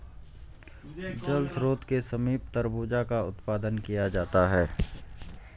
जल स्रोत के समीप तरबूजा का उत्पादन किया जाता है